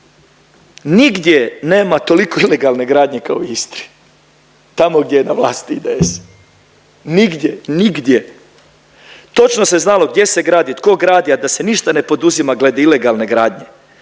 Nigdje nema toliko ilegalne gradnje kao u Istri tamo gdje je na vlasti IDS nigdje, nigdje. Točno se znalo gdje se gradi, tko gradi a da se ništa ne poduzima glede ilegalne gradnje,